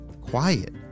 quiet